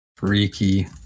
Freaky